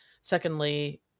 secondly